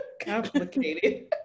complicated